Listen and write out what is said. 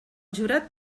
jurat